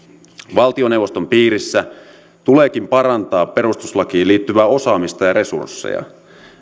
valtioneuvoston piirissä tuleekin parantaa perustuslakiin liittyvää osaamista ja resursseja